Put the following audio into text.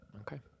Okay